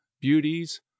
beauties